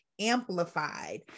amplified